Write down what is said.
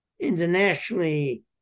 internationally